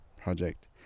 project